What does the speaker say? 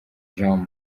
jean